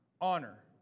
honor